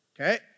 Okay